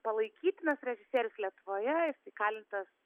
palaikytinas režisierius lietuvoje jis įkalintas